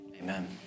Amen